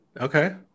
Okay